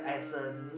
um